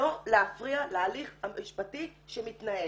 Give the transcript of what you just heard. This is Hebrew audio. לא להפריע להליך המשפטי שמתנהל.